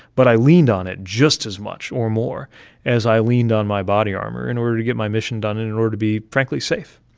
but i leaned on it just as much or more as i leaned on my body armor in order to get my mission done, in in order to be, frankly, safe.